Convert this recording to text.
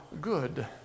good